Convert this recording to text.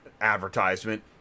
advertisement